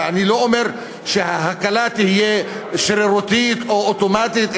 ואני לא אומר שההקלה תהיה שרירותית או אוטומטית,